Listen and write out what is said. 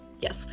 Yes